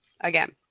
again